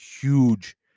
huge